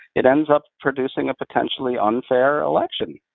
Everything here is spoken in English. it ends up producing a potentially unfair election,